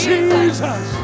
Jesus